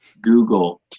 Google